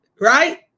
right